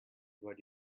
what